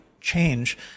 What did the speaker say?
change